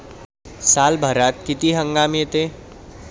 सालभरात किती हंगाम येते?